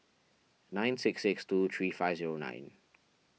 nine six six two three five zero nine